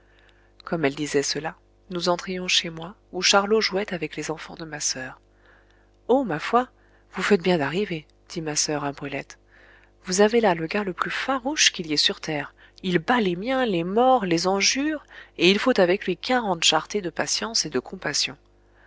comme elle disait cela nous entrions chez moi où charlot jouait avec les enfants de ma soeur oh ma foi vous faites bien d'arriver dit ma soeur à brulette vous avez là le gars le plus farouche qu'il y ait sur terre il bat les miens les mord les enjure et il faut avec lui quarante charretées de patience et de compassion